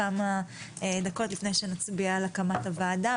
כמה דקות לפני שנצביע על הקמת הועדה,